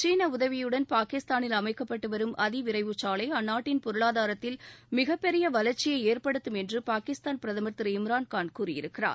சீன உதவியுடன் பாகிஸ்தானில் அமைக்கப்பட்டு வரும் அதி விரைவுச்சாலை அந்நாட்டின் பொருளாதாரத்தில் மிகப்பெரிய வளர்ச்சியை ஏற்படுத்தும் என்று பாகிஸ்தான் பிரதமர் திரு இம்ரான்கான் கூறியிருக்கிறார்